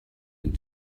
and